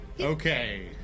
Okay